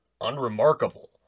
unremarkable